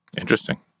Interesting